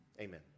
Amen